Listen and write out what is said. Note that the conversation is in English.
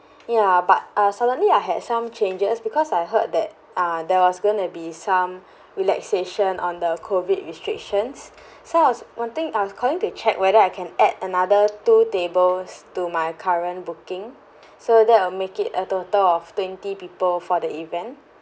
ya but uh suddenly I had some changes because I heard that uh there was going to be some relaxation on the COVID restrictions so I was wanting I was calling to check whether I can add another two tables to my current booking so that will make it a total of twenty people for the event